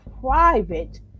private